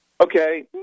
Okay